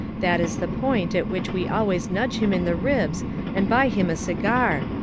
that is the point at which we always nudge him in the ribs and buy him a cigar,